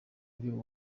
by’u